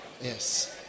Yes